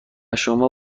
شما